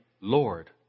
Lord